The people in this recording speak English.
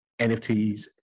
NFTs